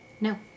No